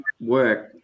work